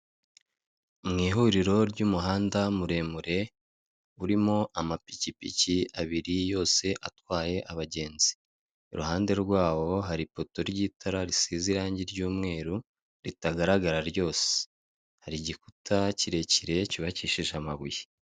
Mw'ihururiro ry'umuhanda muremure, urimo amapikipiki abiri yose atwaye abagenzi. Iruhande rwawo hari ipoto ry'itara risize ibara ry'umweru, ritagaragara ryose. Hari igikura kirekire cyubakishije amabuye.